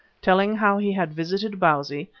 telling how he had visited bausi,